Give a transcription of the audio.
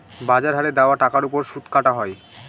বাজার হারে দেওয়া টাকার ওপর সুদ কাটা হয়